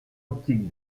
optique